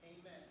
Amen